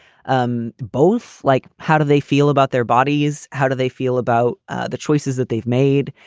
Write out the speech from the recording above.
um both like how do they feel about their bodies? how do they feel about the choices that they've made?